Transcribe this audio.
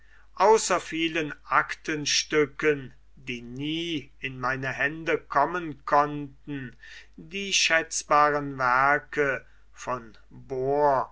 außer vielen aktenstücken die nie in meine hände kommen konnten die schätzbaren werke von bor